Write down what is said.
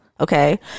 Okay